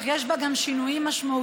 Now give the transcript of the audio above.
אך יש בה גם שינויים משמעותיים,